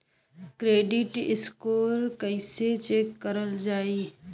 Credit score कइसे check करल जायी?